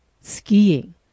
skiing